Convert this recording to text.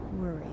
worry